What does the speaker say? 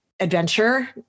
adventure